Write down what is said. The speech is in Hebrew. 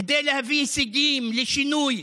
כדי להביא הישגים, שינוי,